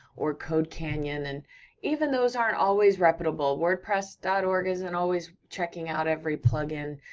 or codecanyon, and even those aren't always reputable. wordpress dot org isn't always checking out every plugin,